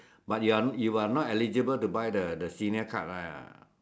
but you are you are not eligible to buy the senior card right or not